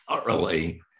thoroughly